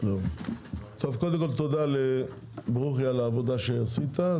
קודם כל, תודה לברוכי על העבודה שעשית.